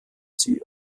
sie